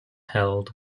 held